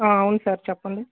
అవును సార్ చెప్పండి